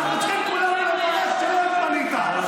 אנחנו צריכים כולם לברך על שלא התמנית.